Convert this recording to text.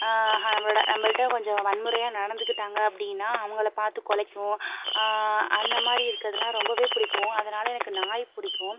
நம்மளோட நம்மகிட்ட கொஞ்சம் வன்முறையாக நடந்துக்கிட்டாங்க அப்படின்னா அவங்களை பார்த்து குலைக்கும் அந்தமாதிரி இருக்குறதுலாம் ரொம்பவே பிடிக்கும் அதனால் எனக்கு நாய் பிடிக்கும்